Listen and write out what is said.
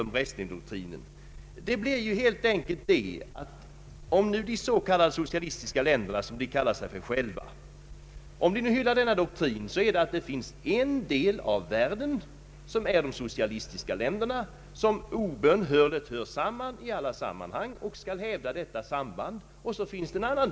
Om den hyllas av de socialistiska länderna, som de själva kallar sig, så låser dessa sig fast i uppfattningen att världen å ena sidan utgörs av socialistiska länder som obön-- hörligt hör samman, å andra sidan av länder med annan politisk inställning.